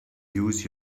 use